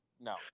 No